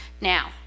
now